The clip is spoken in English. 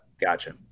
Gotcha